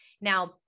Now